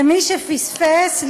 למי שפספס,